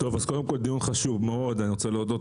זהו דיון חשוב מאוד, אני רוצה להודות